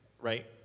right